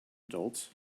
adults